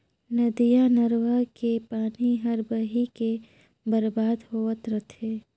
नदिया नरूवा के पानी हर बही के बरबाद होवत रथे